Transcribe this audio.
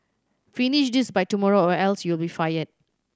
finish this by tomorrow or else you'll be fired